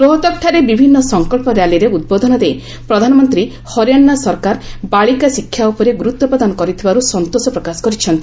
ରୋହ୍ତକ୍ଠାରେ ବିଭିନ୍ନ ସଙ୍କଳ୍ପ ର୍ୟାଲିରେ ଉଦ୍ବୋଧନ ଦେଇ ପ୍ରଧାନମନ୍ତ୍ରୀ ହରିୟାଣା ସରକାର ବାଳିକା ଶିକ୍ଷା ଉପରେ ଗୁରୁତ୍ୱ ପ୍ରଦାନ କରିଥିବାରୁ ସନ୍ତୋଷ ପ୍ରକାଶ କରିଛନ୍ତି